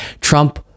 Trump